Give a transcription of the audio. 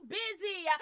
busy